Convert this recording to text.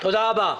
תודה רבה.